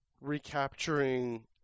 recapturing